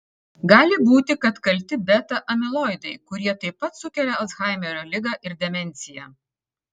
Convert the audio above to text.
gali būti kad kalti beta amiloidai kurie taip pat sukelia alzheimerio ligą ir demenciją